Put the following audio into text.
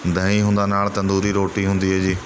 ਦਹੀਂ ਹੁੰਦਾ ਨਾਲ਼ ਤੰਦੂਰੀ ਰੋਟੀ ਹੁੰਦੀ ਹੈ ਜੀ